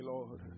Lord